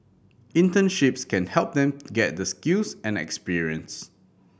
internships can help them get the skills and experience